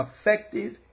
effective